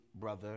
brother